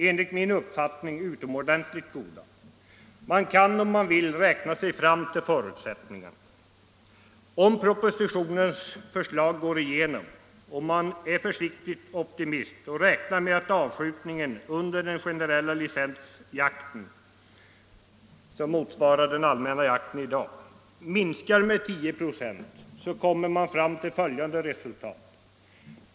Enligt min uppfattning utomordentligt goda. Man kan om man vill räkna sig fram till förutsättningarna. Om propositionens förslag går igenom och man försiktigt optimistiskt räknar med att avskjutningen under den generella licensjakten — som i stort motsvarar den allmänna jakten i dag — minskar med 10 96, kommer man fram till följande resultat.